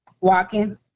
Walking